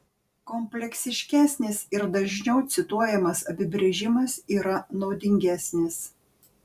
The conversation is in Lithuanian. kompleksiškesnis ir dažniau cituojamas apibrėžimas yra naudingesnis